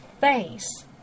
face